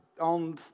on